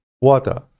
water